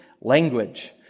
language